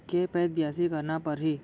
के पइत बियासी करना परहि?